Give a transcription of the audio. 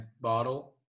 bottle